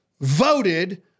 voted